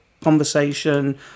conversation